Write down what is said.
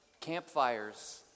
Campfires